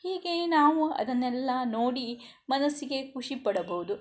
ಹೀಗೇ ನಾವು ಅದನ್ನೆಲ್ಲ ನೋಡಿ ಮನಸ್ಸಿಗೆ ಖುಷಿ ಪಡಬಹುದು